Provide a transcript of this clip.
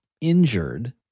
injured